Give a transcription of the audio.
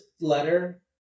letter